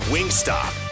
Wingstop